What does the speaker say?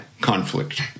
conflict